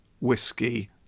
whiskey